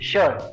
Sure